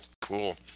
cool